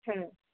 হ্যাঁ